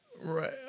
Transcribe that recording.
Right